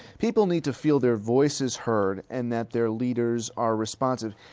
people need to feel their voices heard, and that their leaders are responsive.